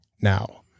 Now